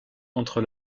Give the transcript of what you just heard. entre